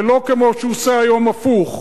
ולא כמו שהוא עושה היום, הפוך.